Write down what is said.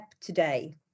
today